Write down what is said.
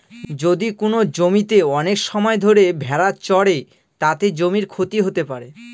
যদি কোনো জমিতে অনেক সময় ধরে ভেড়া চড়ে, তাতে জমির ক্ষতি হতে পারে